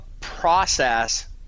process